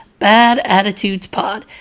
badattitudespod